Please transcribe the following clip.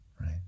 right